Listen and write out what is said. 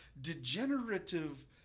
degenerative